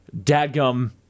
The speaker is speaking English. dadgum